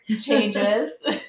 changes